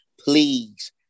please